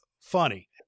funny